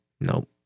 Nope